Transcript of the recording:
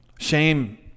Shame